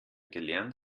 gelernt